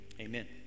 amen